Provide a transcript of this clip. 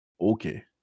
Okay